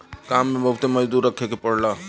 काम में बहुते मजदूर रखे के पड़ला